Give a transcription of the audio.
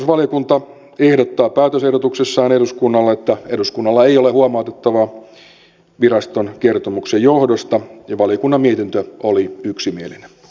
tarkastusvaliokunta ehdottaa päätösehdotuksessaan eduskunnalle että eduskunnalla ei ole huomautettavaa viraston kertomuksen johdosta ja valiokunnan mietintö oli yksimielinen